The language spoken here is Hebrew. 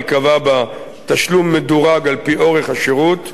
ייקבע בה תשלום מדורג על-פי אורך השירות,